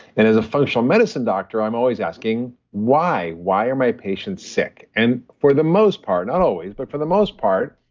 and as a functional medicine doctor, i'm always asking, why? why are my patients sick, and for the most part, not always, but for the most part,